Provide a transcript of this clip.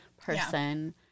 person